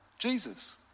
Jesus